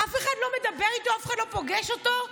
אף אחד לא מדבר איתו, אף אחד לא פוגש אותו.